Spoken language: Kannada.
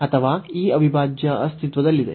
ಅಥವಾ ಈ ಅವಿಭಾಜ್ಯ ಅಸ್ತಿತ್ವದಲ್ಲಿದೆ